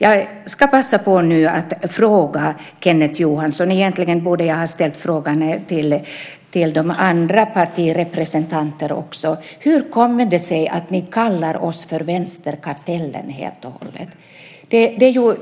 Jag ska passa på nu att fråga Kenneth Johansson - egentligen borde jag ha ställt frågan också till de andra partirepresentanterna: Hur kommer det sig att ni kallar oss för vänsterkartellen?